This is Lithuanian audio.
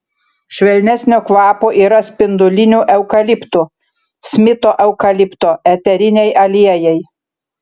švelnesnio kvapo yra spindulinių eukaliptų smito eukalipto eteriniai aliejai